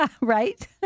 Right